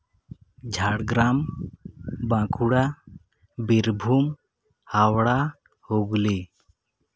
Jhargram Bankura Birbhum Howrah Hooghly